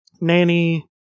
nanny